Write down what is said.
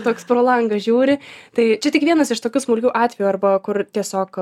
toks pro langą žiūri tai čia tik vienas iš tokių smulkių atvejų arba kur tiesiog